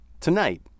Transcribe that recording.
tonight